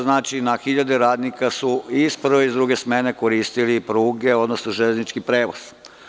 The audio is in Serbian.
Znači, na 1.000 radnika su iz prve i druge smene koristili pruge, odnosno železnički prevoz.